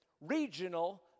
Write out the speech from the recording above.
regional